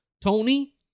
Tony